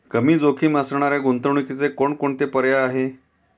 कमी जोखीम असणाऱ्या गुंतवणुकीचे कोणकोणते पर्याय आहे?